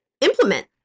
implement